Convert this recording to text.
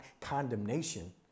condemnation